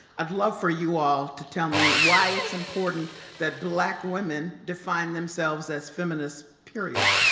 i'd love for you all to tell me why it's important that black women define themselves as feminists, period.